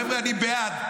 חבר'ה, אני בעד.